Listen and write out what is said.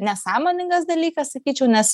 nesąmoningas dalykas sakyčiau nes